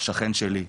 שכן שלי,